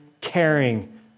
caring